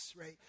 right